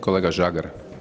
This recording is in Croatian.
Kolega Žagar.